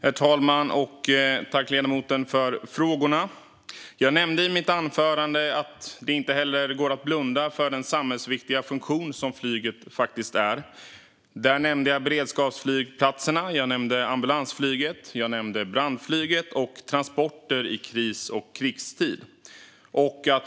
Herr talman! Tack, ledamoten, för frågorna! Jag sa i mitt anförande att det inte går att blunda för den samhällsviktiga funktion som flyget är. Där nämnde jag beredskapsflygplatserna. Jag nämnde ambulansflyget och brandflyget, och jag nämnde transporter i kris och krigstid.